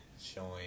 showing